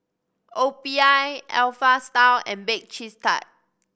O P I Alpha Style and Bake Cheese Tart